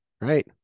right